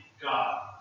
God